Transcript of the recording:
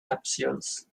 capsules